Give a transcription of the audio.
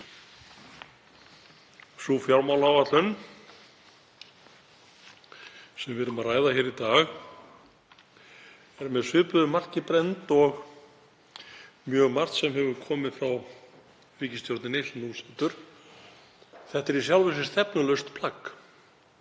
Sú fjármálaáætlun sem við erum að ræða hér í dag er svipuðu marki brennd og mjög margt sem hefur komið frá ríkisstjórninni sem nú situr. Þetta er í sjálfu sér stefnulaust plagg.